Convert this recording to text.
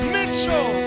Mitchell